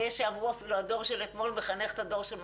ויש שיאמרו שאפילו הדור של אתמול מחנך את הדור של מחר.